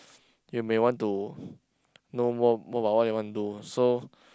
you may want to know more more about what you want to do so